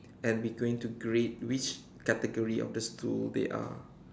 and we going to grade which category of the stool they are